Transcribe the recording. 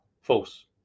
false